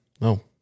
No